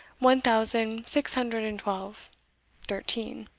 one thousand six hundred and twelve thirteen.